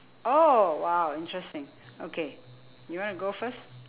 oh !wow! interesting okay you want to go first